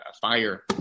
fire